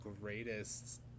greatest